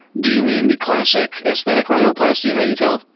do you mean the classic aesthetic rhinoplasty? how you tell?